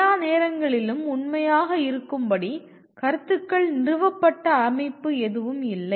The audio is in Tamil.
எல்லா நேரங்களிலும் உண்மையாக இருக்கும்படி கருத்துக்கள் நிறுவப்பட்ட அமைப்பு எதுவும் இல்லை